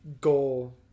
goal